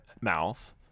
mouth